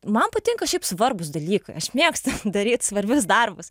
man patinka šiaip svarbūs dalykai aš mėgstu daryt svarbius darbus